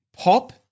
Pop